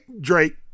Drake